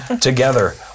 together